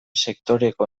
sektoreko